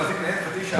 להזעיק ולעכב חצי שעה?